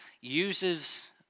uses